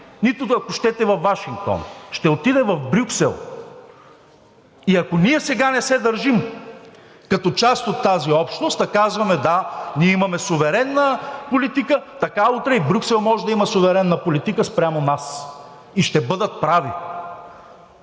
нито, ако щете, във Вашингтон – ще отиде в Брюксел! Ако ние сега не се държим като част от тази общност, да казваме – да, ние имаме суверенна политика, така утре и Брюксел може да има суверенна политика спрямо нас. И ще бъдат прави.